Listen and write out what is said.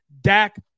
Dak